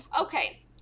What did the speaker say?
okay